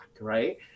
right